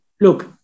Look